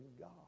God